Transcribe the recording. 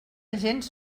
gens